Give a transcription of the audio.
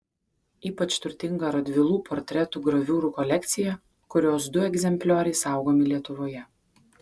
ypač turtinga radvilų portretų graviūrų kolekcija kurios du egzemplioriai saugomi lietuvoje